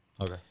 Okay